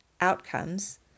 outcomes